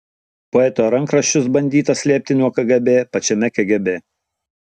poeto rankraščius bandyta slėpti nuo kgb pačiame kgb